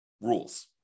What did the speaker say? rules